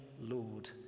Lord